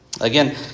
Again